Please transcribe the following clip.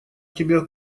тебе